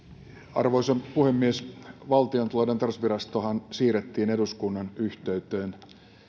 arvoisa puhemies valtiontalouden tarkastusvirastohan siirrettiin eduskunnan yhteyteen